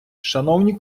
шановні